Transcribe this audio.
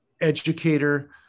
educator